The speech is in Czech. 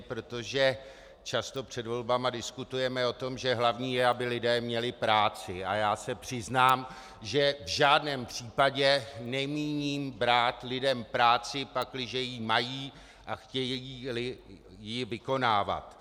Protože často před volbami diskutujeme o tom, že hlavní je, aby lidé měli práci, a já se přiznám, že v žádném případě nemíním brát lidem práci, pakliže ji mají a chtějíli ji vykonávat.